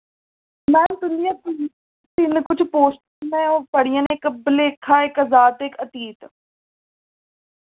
ma'am तुं'दियां तिन्न कुछ पोस्टां न में ओह् पढ़ियां इक भलेखा इक अजाद ते इक अतीत